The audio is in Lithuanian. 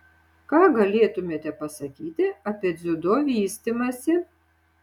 ką galėtumėte pasakyti apie dziudo vystymąsi